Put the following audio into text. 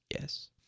Yes